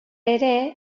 ere